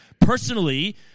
personally